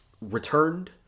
returned